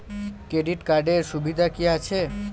Credit কার্ডের সুবিধা কি আছে?